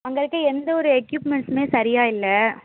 அங்கே இருக்க எந்த ஒரு எக்யூப்மெண்ட்ஸுமே சரியாக இல்லை